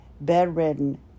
bedridden